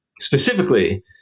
specifically